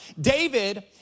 David